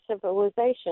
civilization